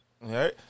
right